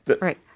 Right